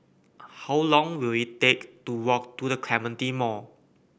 how long will it take to walk to The Clementi Mall